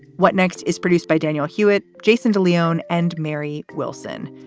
what next is produced by daniel hewitt, jason de leon and mary wilson.